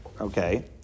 Okay